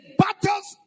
battles